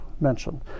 mentioned